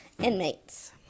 inmates